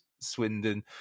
Swindon